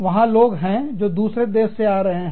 वहां लोग हैं जो दूसरे देशों में जा रहे हैं